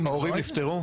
או ההורים נפטרו?